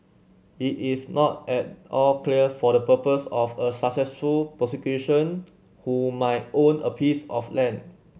it is not at all clear for the purpose of a successful prosecution who might own a piece of land